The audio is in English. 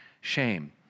shame